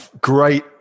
great